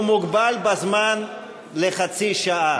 הוא מוגבל בזמן לחצי שעה.